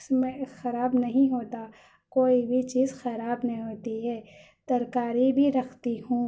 اس میں خراب نہیں ہوتا کوئی بھی چیز خراب نہیں ہوتی ہے ترکاری بھی رکھتی ہوں